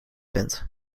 bent